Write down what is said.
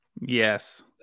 Yes